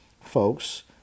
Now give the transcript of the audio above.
folks